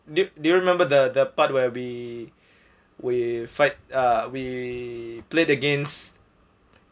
do do you remember the the part where we we fight uh we played against